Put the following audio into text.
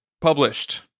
published